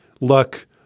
Look